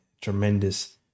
tremendous